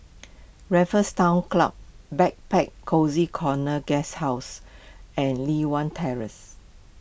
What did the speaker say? Raffles Town Club Backpacker Cozy Corner Guesthouse and Li Hwan Terrace